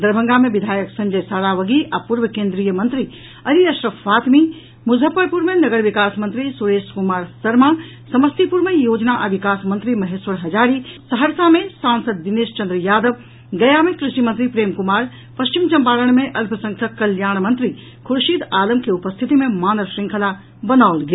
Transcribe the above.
दरभंगा मे विधायक संजय सारावगी आ पूर्व केंद्रीय मंत्री अली असरफ फातमी मुजफ्फरपुर मे नगर विकास मंत्री सुरेश कुमार शर्मा समस्तीपुर मे योजना आ विकास मंत्री महेश्वर हजारी सहरसा मे सांसद दिनेश चंद्र यादव गया मे कृषि मंत्री प्रेम कुमार पश्चिम चंपारण मे अल्पसंख्यक कल्याण मंत्री खुर्शीद आलम के उपस्थिति मे मानव श्रृंखला बनाओल गेल